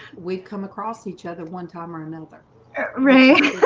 we've come across each other one time or another race